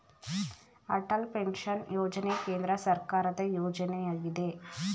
Atal pension ಯೋಜನೆ ಕೇಂದ್ರ ಸರ್ಕಾರದ ಯೋಜನೆಯಗಿದೆ